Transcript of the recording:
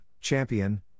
Champion